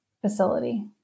facility